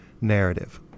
narrative